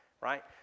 right